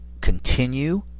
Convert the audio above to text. continue